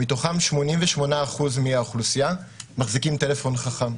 מתוכם 88% מהאוכלוסייה מחזיקים טלפון חכם,